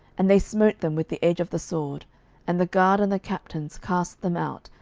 and they smote them with the edge of the sword and the guard and the captains cast them out,